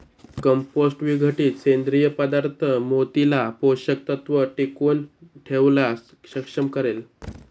compost विघटित सेंद्रिय पदार्थ मातीला पोषक तत्व टिकवून ठेवण्यास सक्षम करेल